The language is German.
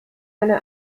eine